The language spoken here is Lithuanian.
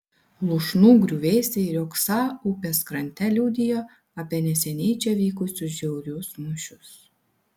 lūšnų griuvėsiai riogsą upės krante liudijo apie neseniai čia vykusius žiaurius mūšius